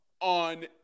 on